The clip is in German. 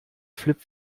flip